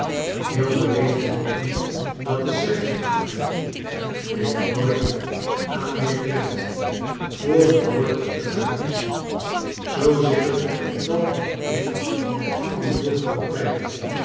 heel beleefd van u dat te zeggen arthur denk nooit aan mijnheer clennam voor het woord er uit is zoo zit er dat nog in van dien vroegeren tijd